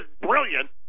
brilliant